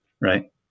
right